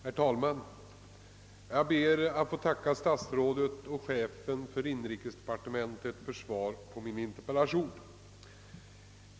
Herr talman! Jag ber att få tacka herr statsrådet och chefen för inrikesdepartementet för svaret på min interpellation.